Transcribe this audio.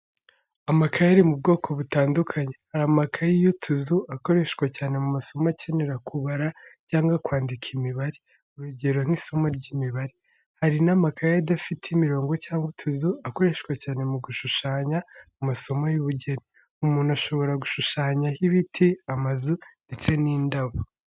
Amakayi ari mu bwoko butandukanye, hari amakayi y'utuzu akoreshwa cyane mu masomo akenera kubara cyangwa kwandika imibare, urugero nk'isomo ry'imibare. Hari n'amakayi adafite imirongo cyangwa utuzu, akoreshwa cyane mu gushushanya, mu masomo y'ubugeni. Umuntu ashobora gushushanyaho ibiti, amazu ndetse n'indabo.